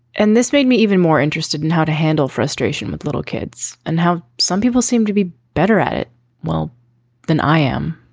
and this made me even more interested in how to handle frustration with little kids and how some people seem to be better at it well than i am